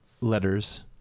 letters